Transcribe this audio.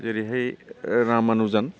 जेरैहाय रामानुजोन